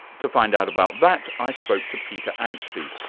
to find out about that, i spoke to peter anstey,